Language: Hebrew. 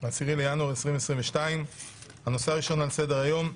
10 בינואר 2022. הנושא הראשון על סדר-היום: